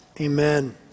Amen